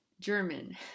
German